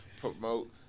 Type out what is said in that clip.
promote